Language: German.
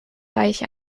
deich